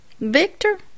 Victor